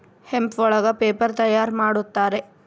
hemp ಒಳಗ paper ತಯಾರ್ ಮಾಡುತ್ತಾರೆ